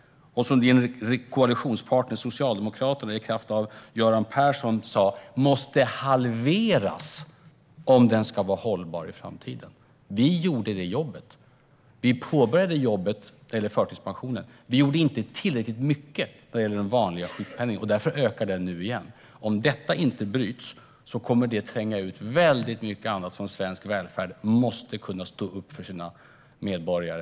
Din koalitionspartner Socialdemokraterna, i kraft av Göran Persson, sa att den måste halveras om den ska vara hållbar i framtiden. Vi gjorde det jobbet. Vi påbörjade jobbet när det gällde förtidspensioner. Vi gjorde inte tillräckligt mycket när det gällde den vanliga sjukpenningen. Därför ökar den nu igen. Om detta inte bryts kommer det att tränga ut väldigt mycket annat som svensk välfärd måste kunna ansvara för inför sina medborgare.